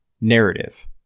narrative